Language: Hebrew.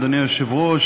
אדוני היושב-ראש,